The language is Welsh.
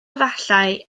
efallai